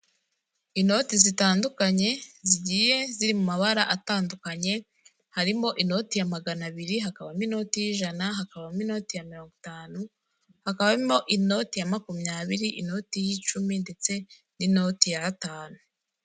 Inoti zitandukanye zigiye ziri mu mabara atandukanye, harimo inoti ya magana abiri, hakabamo inoti y'ijana, hakabamo inoti ya mirongo itanu, hakabamo inoti ya makumyabiri, inoti y'icumi ndetse n'inoti y'atanu.